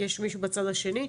יש מישהו בצד השני.